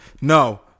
no